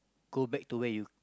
go back to where you